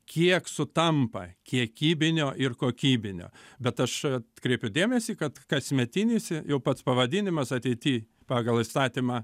kiek sutampa kiekybinio ir kokybinio bet aš atkreipiu dėmesį kad kasmetinis jau pats pavadinimas ateity pagal įstatymą